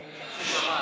ששמעת?